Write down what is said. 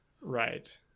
Right